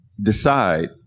decide